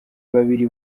babiri